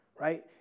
right